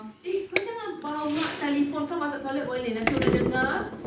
eh kau jangan bawa telephone kau masuk toilet boleh nanti orang dengar